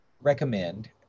recommend